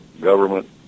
government